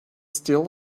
still